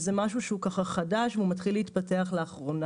וזה משהו שהוא חדש והוא מתחיל להתפתח לאחרונה,